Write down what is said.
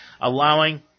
allowing